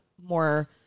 more